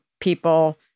people